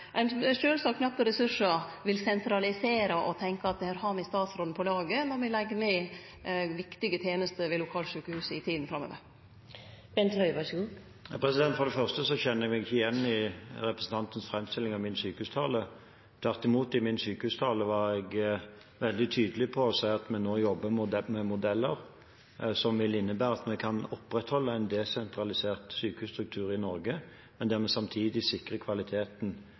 her har me statsråden på laget når me legg ned viktige tenester ved lokalsjukehusa i tida framover? For det første kjenner jeg meg ikke igjen i representanten Navarsetes framstilling av min sykehustale. Tvert imot – i min sykehustale var jeg veldig tydelig og sa at vi nå jobber med modeller som vil innebære at vi kan opprettholde en desentralisert sykehusstruktur i Norge, men der vi samtidig sikrer kvaliteten